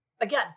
again